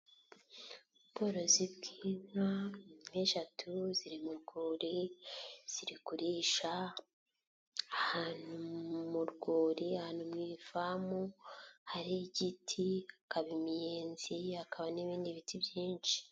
Ubworozi bw'inka nk'eshatu ziri mu rwuri, ziri kurisha, ahantu mu rwuri, ahantu mu ifamu, hari igiti halkaba imiyenzi, hakaba n'ibindi biti byinshi.